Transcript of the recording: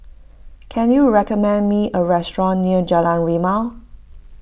can you recommend me a restaurant near Jalan Rimau